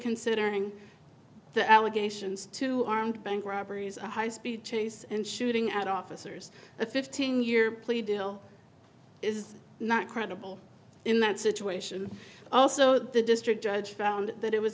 considering the allegations two armed bank robberies a high speed chase and shooting at officers a fifteen year plea deal is not credible in that situation also the district judge found that it was